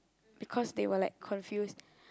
because they were like confused